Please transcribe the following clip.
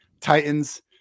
Titans